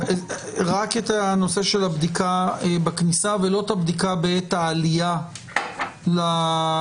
רק הנושא של הבדיקה בכניסה ולא הבדיקה בעת העלייה למטוס?